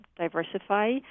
diversify